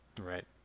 Right